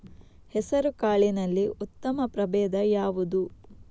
ಹೆಸರುಕಾಳಿನಲ್ಲಿ ಉತ್ತಮ ಪ್ರಭೇಧ ಯಾವುದು?